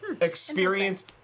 experience